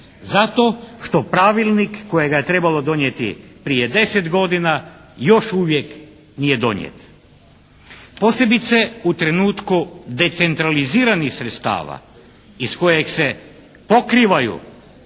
Zato što pravilnik kojega je trebalo donijeti prije 10 godina još uvijek nije donijet. Posebice u trenutku decentraliziranih sredstava iz kojeg se pokrivaju